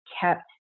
kept